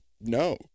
no